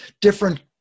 different